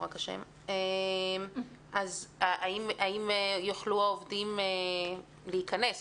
האם יוכלו העובדים להיכנס?